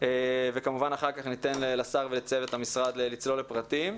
וכמובן אחר כך ניתן לשר ולצוות המשרד לצלול לפרטים.